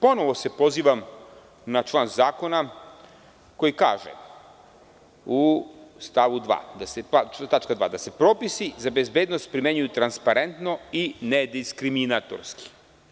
Ponovo se pozivam na član zakona, koji kaže u stavu 2. da se propisi za bezbednost primenjuju transparentno i nediskriminatorski.